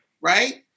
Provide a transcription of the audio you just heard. right